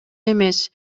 эмес